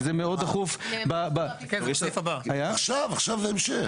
כי זה מאוד דחוף --- עכשיו, זה ההמשך.